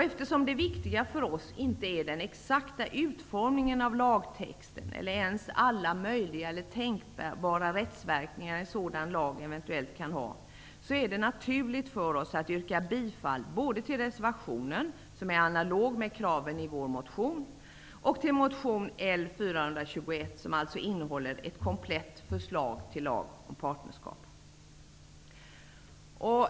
Eftersom det viktiga för oss inte är den exakta utformningen av lagtexten eller ens alla möjliga eller tänkbara rättsverkningar en sådan lag eventuellt kan ha, är det naturligt för oss att yrka bifall både till reservationen -- som är analog med kraven i vår motion -- och till motion L421, som alltså innehåller ett komplett förslag till lag om partnerskap.